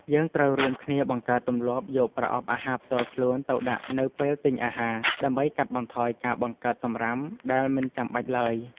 យើងត្រូវរួមគ្នាបង្កើតទម្លាប់យកប្រអប់អាហារផ្ទាល់ខ្លួនទៅដាក់នៅពេលទិញអាហារ ដើម្បីកាត់បន្ថយការបង្កើតសំរាមដែលមិនចាំបាច់ឡើយ។